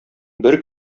бер